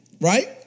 Right